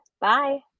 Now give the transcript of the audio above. bye